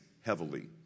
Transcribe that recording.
heavily